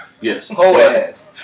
Yes